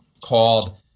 called